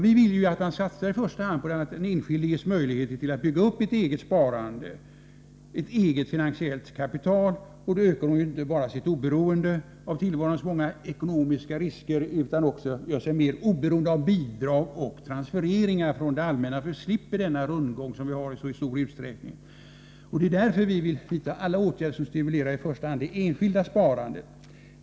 Vi vill att man i första hand satsar på att ge den enskilde möjligheter att bygga upp ett eget sparande, ett eget finansiellt kapital. Därmed ökar han inte bara sitt oberoende av tillvarons många ekonomiska risker utan gör sig också mera oberoende av bidrag och transfereringar från det allmänna — vi slipper alltså denna rundgång, som vi har i så stor utsträckning. Det är därför vi vill vidta alla åtgärder som i första hand stimulerar det enskilda sparandet.